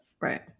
right